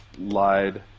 lied